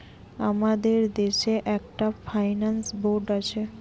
আমাদের দেশে একটা ফাইন্যান্স বোর্ড আছে